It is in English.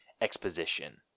exposition